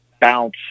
bounce